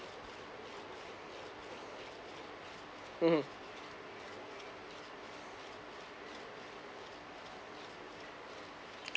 mmhmm